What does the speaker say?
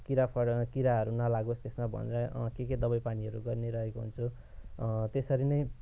किरा परो किराहरू नलागोस् त्यसमा भनेर के के दबाई पानीहरू गरिरहेको हुन्छु त्यसरी नै